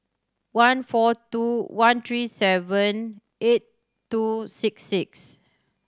one four two one three seven eight two six six